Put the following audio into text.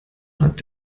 hat